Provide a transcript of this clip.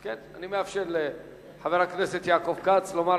אני מאפשר לחבר הכנסת יעקב כץ לומר